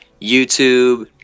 YouTube